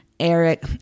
eric